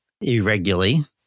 irregularly